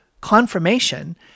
confirmation